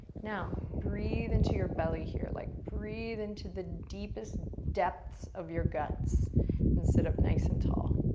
now, breathe into your belly here. like, breathe into the deepest depths of your guts and sit up nice and tall.